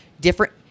Different